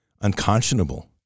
unconscionable